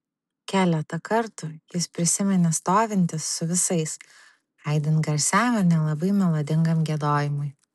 keletą kartų jis prisiminė stovintis su visais aidint garsiam ir nelabai melodingam giedojimui